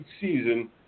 season